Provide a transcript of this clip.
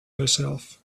herself